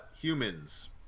humans